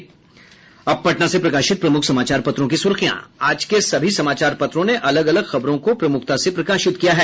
अब पटना से प्रकाशित प्रमुख समाचार पत्रों की सुर्खियां आज के सभी समाचार पत्रों ने अलग अलग खबरों को प्रमुखता से प्रकाशित किया है